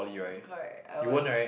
correct I want